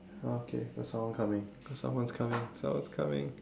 okay got someone coming someone's coming someone's coming